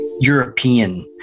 European